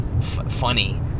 funny